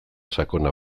sakona